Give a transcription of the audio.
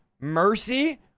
mercy